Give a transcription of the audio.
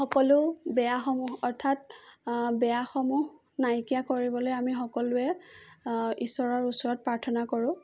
সকলো বেয়াসমূহ অৰ্থাৎ বেয়াসমূহ নাইকিয়া কৰিবলৈ আমি সকলোৱে ঈশ্বৰৰ ওচৰত প্ৰাৰ্থনা কৰোঁ